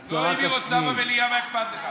לא, אם היא רוצה במליאה, מה אכפת לך?